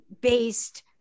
based